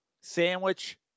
sandwich